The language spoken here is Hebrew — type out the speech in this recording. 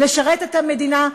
לשרת את המדינה,